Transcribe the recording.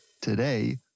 today